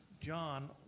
John